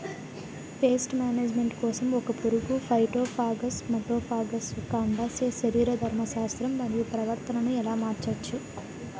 Paste management కోసం ఒక పురుగు ఫైటోఫాగస్హె మటోఫాగస్ యెక్క అండాశయ శరీరధర్మ శాస్త్రం మరియు ప్రవర్తనను ఎలా మార్చచ్చు?